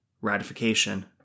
Ratification